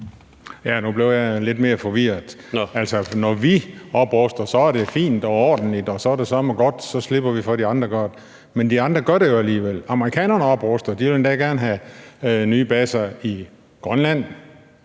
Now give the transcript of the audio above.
Nu blev jeg lidt mere forvirret. Altså, når vi opruster, er det fint og ordentligt, og så er det søreme godt – så slipper vi for, at de andre gør det. Men de andre gør det jo alligevel. Amerikanerne opruster – de vil endda gerne have nye baser i Grønland